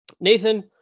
Nathan